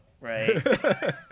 right